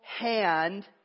hand